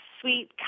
sweet